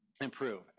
improve